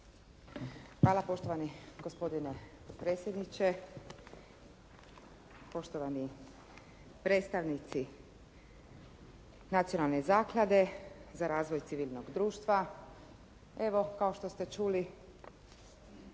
Hvala poštovani gospodine potpredsjedniče. Poštovani predstavnici Nacionalne zaklade za razvoj civilnog društva. Evo kao što ste čuli